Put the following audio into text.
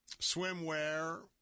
swimwear